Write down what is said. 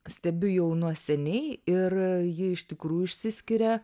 stebiu jau nuo seniai ir ji iš tikrųjų išsiskiria